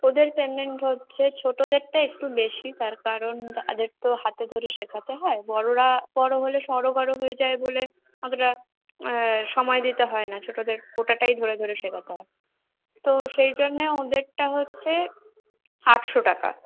ওদের পেমেন্ট হচ্ছে ছোটোদেরটা একটু বেশি তার কারণ তাদের তো হাতে ধরে শেখাতে হয় বড়রা বড় হলে সড়গড় হয়ে যায় বলে আমরা সময় দিতে হয় না ছোটোদের গোটাটাই ধরে ধরে শেখাতে হয় তো সেই জন্যে ওদেরটা হচ্ছে আটশো টাকা